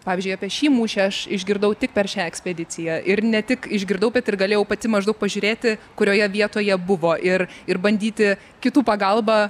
pavyzdžiui apie šį mūšį aš išgirdau tik per šią ekspediciją ir ne tik išgirdau bet ir galėjau pati maždaug pažiūrėti kurioje vietoje buvo ir ir bandyti kitų pagalba